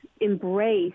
embrace